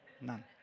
None